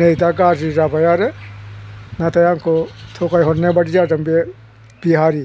नै दा गाज्रि जाबाय आरो नाथाय आंखौ थगायहरनाय बायदि जादों बे बिहारि